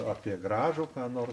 apie gražų ką nor